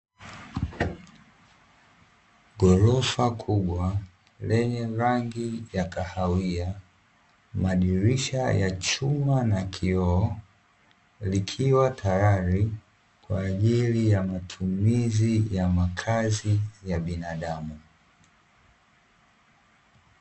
Ghorofa kubwa lenye rangi ya kahawia, madirisha ya chuma na kioo, likiwa tayari kwa ajili ya matumizi ya makazi ya binadamu.